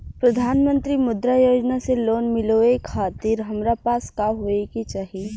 प्रधानमंत्री मुद्रा योजना से लोन मिलोए खातिर हमरा पास का होए के चाही?